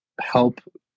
help